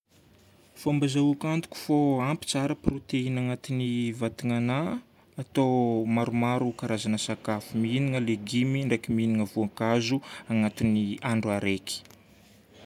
Fomba azahoako antoka fô ampy tsara protéine agnatin'ny vatagn'anahy, atao maromaro karazagna sakafo. Mihinagna legimy, ndraiky mihinagna voankazo agnatin'ny andro araiky.